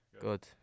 Good